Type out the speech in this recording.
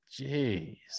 Jeez